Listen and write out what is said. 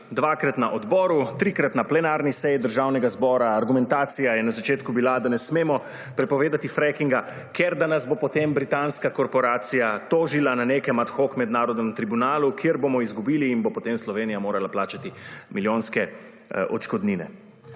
dvakrat na odboru in trikrat na plenarni seji Državnega zbora. Argumentacija je na začetku bila, da ne smemo prepovedati frackinga, ker da nas bo potem britanska korporacija tožila na nekem ad hoc mednarodnem tribunalu, kjer bomo izgubili in potem Slovenija morala plačati milijonske odškodnine.